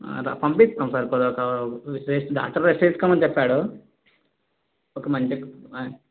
పంపిస్తాం సార్ ఒక కొద్దిగా డాక్టర్ రెస్టు తీసుకోమని చెప్పాడు ఒక మంచి